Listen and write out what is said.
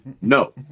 no